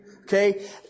Okay